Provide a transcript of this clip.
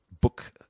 book